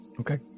Okay